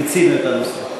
מיצינו את הנושא.